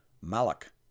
Malak